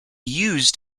used